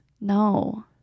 No